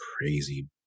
crazy